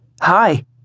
hi